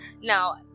now